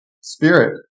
spirit